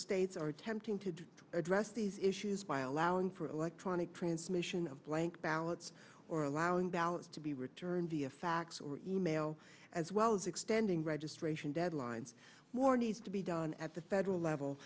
states are attempting to address these issues by allowing for electronic transmission of blank ballots or allowing ballots to be returned via fax or e mail as well as extending registration deadlines more needs to be done at the federal level